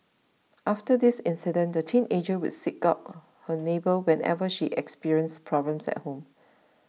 after this incident the teenager would seek out her neighbour whenever she experienced problems at home